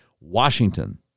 Washington